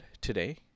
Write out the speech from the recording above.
today